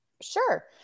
Sure